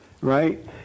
right